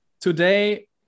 Today